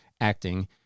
acting